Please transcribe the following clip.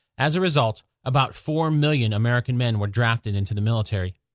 as a result, about four million american men were drafted into the military.